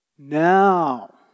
Now